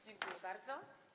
Dziękuję bardzo.